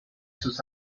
sus